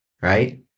Right